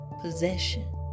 possession